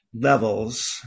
levels